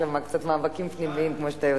יש שם קצת מאבקים פנימיים, כמו שאתה יודע.